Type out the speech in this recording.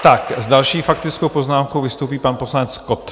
S další faktickou poznámkou vystoupí pan poslanec Kott.